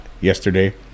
yesterday